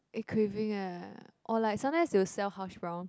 eh craving eh or like sometimes they will sell hashbrowns